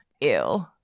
Ew